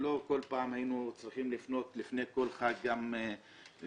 שלא כל פעם היינו צריכים לפנות לפני כל חג גם למוסלמים,